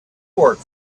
work